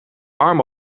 arm